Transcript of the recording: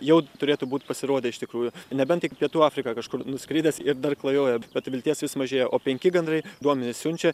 jau turėtų būt pasirodę iš tikrųjų nebent tik pietų afriką kažkur nuskridęs ir dar klajoja bet vilties vis mažėja o penki gandrai duomenis siunčia